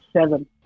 Seven